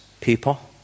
people